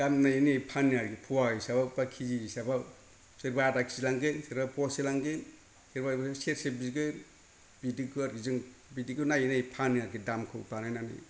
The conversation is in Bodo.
दाम नायै नायै फानो आरखि पवा हिसाबाव बा के जि हिसाबाव सोरबा आदा के जि लांगोन सोरबा पवासे लांगोन सोरबा सेरसे बिगोन बिदिखौ आरखि जों बिदिखौ नायै नायै फानो आरखि दामखौ बानायनानै